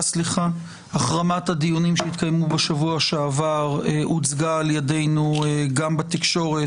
החרמת הדיונים שהתקיימו בשבוע שעבר הוצגה על ידינו גם בתקשורת,